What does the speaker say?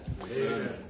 Amen